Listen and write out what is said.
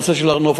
הנושא של הר-נוף,